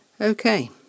Okay